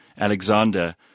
Alexander